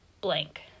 blank